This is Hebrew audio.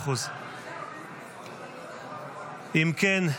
אם כן,